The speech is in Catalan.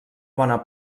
bona